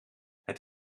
het